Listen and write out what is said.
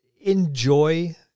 enjoy